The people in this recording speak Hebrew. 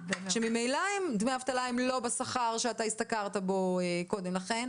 שממילא הם לא בשכר שהשתכרת קודם לכן,